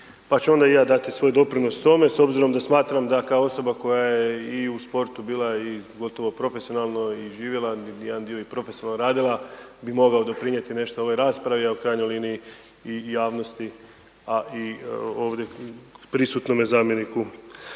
Pa ću onda i ja dati svoj doprinos tome, s obzirom da smatram da kao osoba koja je i u sportu bila i gotovo profesionalno i živjela jedan dio i profesionalno radila bi mogao doprinijeti nešto i u svojoj raspravi a i u krajnjoj liniji i javnosti a i ovdje prisutnome zamjeniku